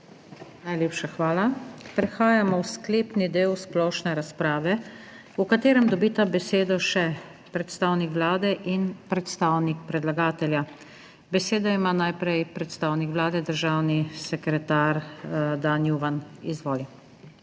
Najlepša hvala. Prehajamo v sklepni del splošne razprave, v katerem dobita besedo še predstavnik Vlade in predstavnik predlagatelja. Besedo ima najprej predstavnik Vlade, državni sekretar Dan Juvan. Izvoli.